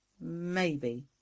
Maybe